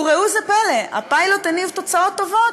וראו זה פלא, הפיילוט הניב תוצאות טובות.